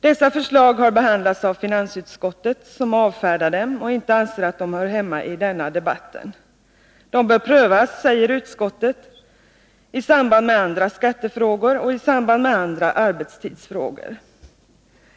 Dessa förslag har behandlats av finansutskottet, som avfärdar dem och inte anser att de hör hemma i denna debatt. De bör prövas, skriver utskottet, i samband med andra skattefrågor och i samband med andra arbetstidsfrågor.